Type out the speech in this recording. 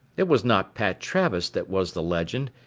it was not pat travis that was the legend,